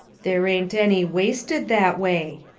there ain't any wasted that way.